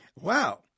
Wow